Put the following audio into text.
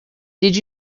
did